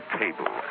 table